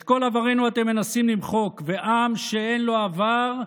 את כל עברנו אתם מנסים למחוק, ועם שאין לו עבר,